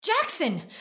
Jackson